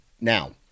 Now